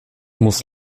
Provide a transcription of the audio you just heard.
muss